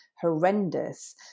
horrendous